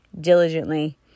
diligently